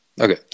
Okay